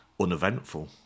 uneventful